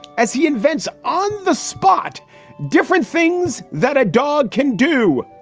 as he invents on the spot different things that a dog can do,